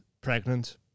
pregnant